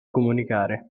comunicare